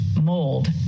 mold